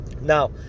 Now